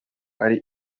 ari